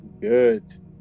Good